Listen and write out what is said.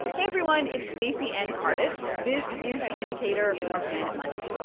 hey, everyone. it's stacey and cardiff. this is the indicator from planet money.